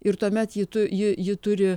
ir tuomet ji tu ji ji turi